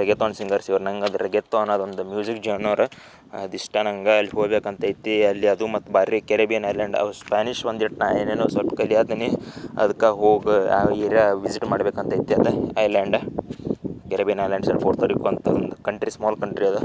reggaeton singers ಇವ್ರು ನಂಗೆ ಅದು ರೆಗೆತಾನ್ ಅದೊಂದು ಮ್ಯೂಝಿಕ್ ಜೋರ್ನರ ಅದು ಇಷ್ಟ ನಂಗೆ ಅಲ್ಲಿ ಹೋಗಬೇಕಂತೈತಿ ಅಲ್ಲಿ ಅದು ಮತ್ತು ಭಾರೀ ಕೆರೆಬಿಯನ್ ಐಲ್ಯಾಂಡ್ ಅವ್ರು ಸ್ಪ್ಯಾನಿಷ್ ಒಂದಿಷ್ಟ್ ನಾನು ಏನೇನೋ ಸ್ವಲ್ಪ ಕಲ್ಯೋ ಹತ್ತೀನಿ ಅದ್ಕೆ ಹೋಗಿ ಆ ಏರಿಯಾ ವಿಝಿಟ್ ಮಾಡ್ಬೇಕಂತ ಐತೆ ಅದು ಐಲ್ಯಾಂಡ ಕೆರೆಬಿಯನ್ ಐಲ್ಯಾಂಡ್ಸ ಪೋರ್ತೊರಿಕೋ ಅಂತ ಅದೊಂದು ಕಂಟ್ರಿ ಸ್ಮಾಲ್ ಕಂಟ್ರಿ ಇದೆ